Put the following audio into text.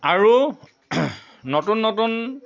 আৰু নতুন নতুন